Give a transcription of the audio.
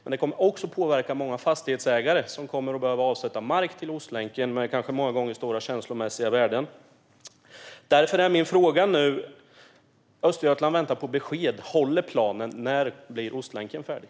Men den kommer också att påverka många fastighetsägare, som kommer att få avsätta mark till Ostlänken - många gånger mark med stora känslomässiga värden. Därför ställer jag min fråga. Östergötland väntar på besked. Håller planen? När blir Ostlänken färdig?